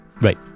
right